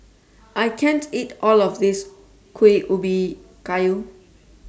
I can't eat All of This Kuih Ubi Kayu